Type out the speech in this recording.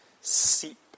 seep